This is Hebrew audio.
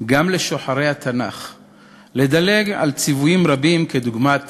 גם לשוחרי התנ"ך "לדלג" על ציוויים רבים, דוגמת